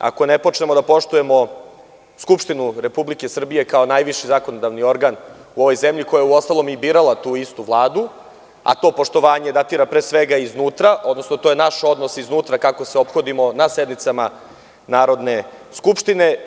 Ako ne počnemo da poštujemo Skupštinu Republike Srbije kao najviši zakonodavni organ u ovoj zemlji koja je uostalom i birala tu istu Vladu, a to poštovanje datira, pre svega iznutra, odnosno to je naš odnos iznutra kako se ophodimo na sednicama Narodne skupštine.